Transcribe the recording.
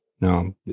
No